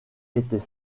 était